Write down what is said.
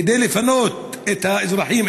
כדי לפנות את האזרחים,